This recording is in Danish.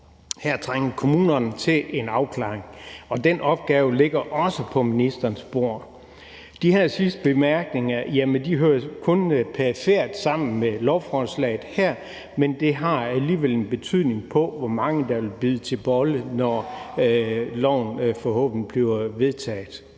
Her trænger kommunerne til en afklaring, og den opgave ligger også på ministerens bord. De her sidste bemærkninger hører kun perifert sammen med lovforslaget her, men det har alligevel en betydning for, hvor mange der vil bide til bolle, når lovforslaget forhåbentlig bliver vedtaget.